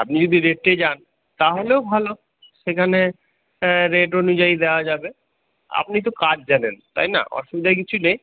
আপনি যদি রেটে যান তাহলেও ভালো সেখানে রেট অনুযায়ী দেওয়া যাবে আপনি তো কাজ জানেন তাই না অসুবিধা কিছু নেই